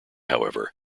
however